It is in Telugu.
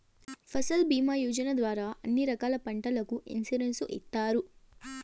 ఫసల్ భీమా యోజన ద్వారా అన్ని రకాల పంటలకు ఇన్సురెన్సు ఇత్తారు